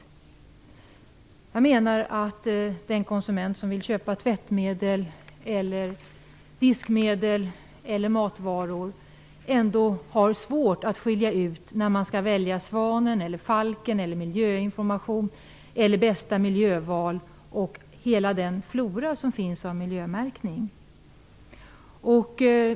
En konsument som vill handla miljövänligt t.ex. tvättmedel, diskmedel eller matvaror har ändå svårt att skilja ut i hela den flora av miljömärkning som finns -- Svanen, Falken eller Bra miljöval.